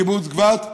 קיבוץ גבת,